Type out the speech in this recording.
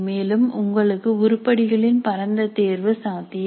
மேலும் உங்களுக்கு உருப்படிகளின் பரந்த தேர்வு சாத்தியம்